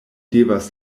devas